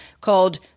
called